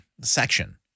section